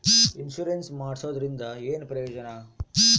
Insurance ಮಾಡ್ಸೋದರಿಂದ ಏನು ಪ್ರಯೋಜನ?